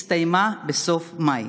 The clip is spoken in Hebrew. הסתיימה בסוף מאי.